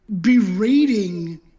berating